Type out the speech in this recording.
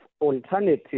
alternative